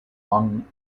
lung